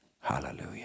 Hallelujah